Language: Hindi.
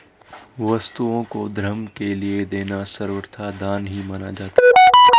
वस्तुओं को धर्म के लिये देना सर्वथा दान ही माना जाता है